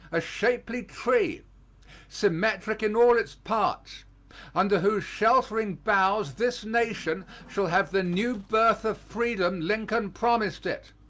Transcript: a shapely tree symmetric in all its parts under whose sheltering boughs this nation shall have the new birth of freedom lincoln promised it,